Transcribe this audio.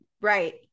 Right